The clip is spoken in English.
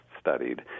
studied